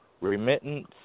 Remittance